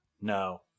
No